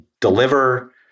deliver